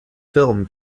film